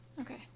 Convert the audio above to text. Okay